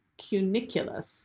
cuniculus